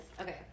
okay